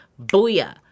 booyah